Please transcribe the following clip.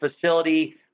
facility